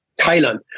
Thailand